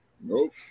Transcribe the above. Nope